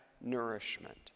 nourishment